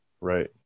Right